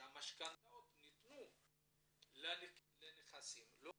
שניתנו משכנתאות לנכסים לא חוקיים.